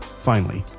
finally,